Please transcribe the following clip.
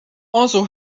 also